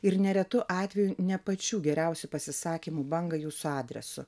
ir neretu atveju ne pačių geriausių pasisakymų bangą jūsų adresu